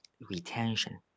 retention